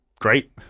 great